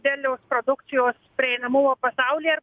derliaus produkcijos prieinamumo pasaulyje